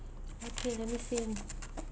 okay let me think